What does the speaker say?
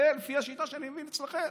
זה לפי השיטה שאני מבין אצלכם.